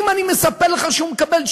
אם אני מספר לך שהוא מקבל,